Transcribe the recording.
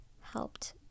helped